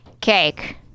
cake